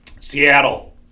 Seattle